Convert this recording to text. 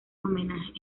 homenajes